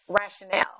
rationale